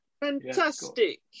fantastic